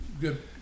good